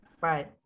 Right